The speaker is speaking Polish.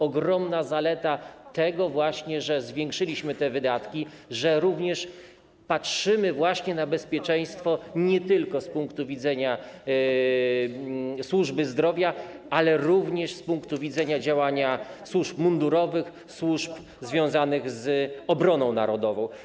Ogromna zaleta, że zwiększyliśmy te wydatki, że również patrzymy właśnie na bezpieczeństwo nie tylko z punktu widzenia służby zdrowia, ale również z punktu widzenia działania służb mundurowych, służb związanych z obroną narodową.